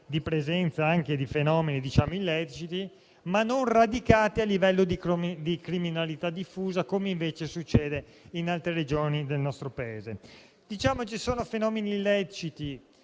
di presenza anche di fenomeni illeciti, ma non radicati a livello di criminalità diffusa, come invece succede in altre Regioni del nostro Paese. Ci sono fenomeni illeciti